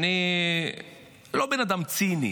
שאני לא בן אדם ציני,